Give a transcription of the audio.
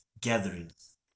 gatherings